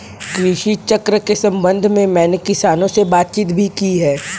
कृषि चक्र के संबंध में मैंने किसानों से बातचीत भी की है